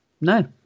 No